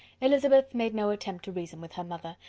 elizabeth made no attempt to reason with her mother,